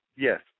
Yes